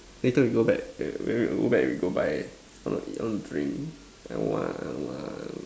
later we go back eh when we go back we go buy I want to drink I want I want